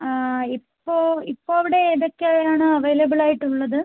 ഇപ്പോൾ ഇപ്പോൾ അവിടെ ഏതൊക്കെ ആണ് അവൈലബിളായിട്ട് ഉള്ളത്